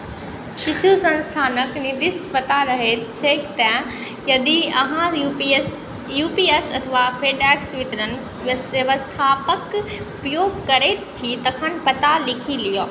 किछु संस्थानक निदिष्ट पता रहैत छैक तैं यदि अहाँ यू पी एस अथवा फेडएक्स वितरण व्यवस्थाक उपयोग करैत छी तखन पता लीखि लिअ